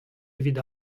evit